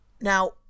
now